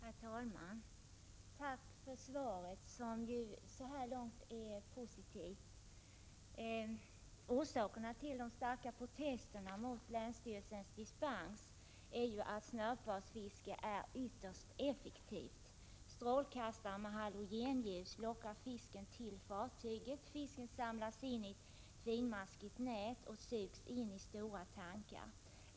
Herr talman! Tack för svaret, som så här långt är positivt. Orsaken till de starka protesterna mot länsstyrelsens dispens är att snörpvadsfisket är ytterst effektivt. Strålkastare med halogenljus gör att fisken lockas till fartyget. Fisken samlas in med hjälp av ett finmaskigt nät och sugs sedan in i stora tankar.